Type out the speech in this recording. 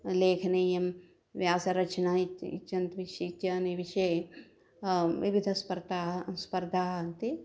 लेखनीयं व्यासरचना इति इत्येतान् विषये विविधस्पर्धाः स्पर्धाः सन्ति